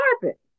carpet